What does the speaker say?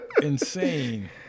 Insane